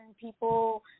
people